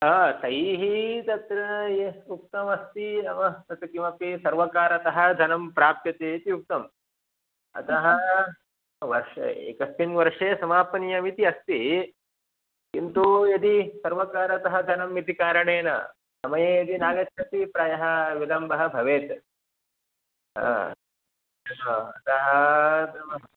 हा तैः तत्र यःउक्तमस्ति नामः तत् किमपि सर्वकारतः धनं प्राप्यते इति उक्तम् अतः वर्ष एकस्मिन् वर्षे समापनीयमिति अस्ति किन्तु यदि सर्वकारतः धनमिति कारणेन समये यदि नागच्छति प्रायः विलम्बः भवेत् अ अतः